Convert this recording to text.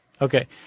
Okay